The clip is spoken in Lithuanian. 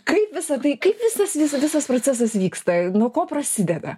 kaip visa tai kaip visas visas procesas vyksta nuo ko prasideda